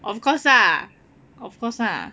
of course lah of course lah